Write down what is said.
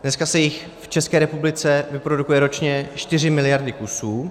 Dneska se jich v České republice vyprodukuje ročně 4 miliardy kusů.